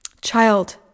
Child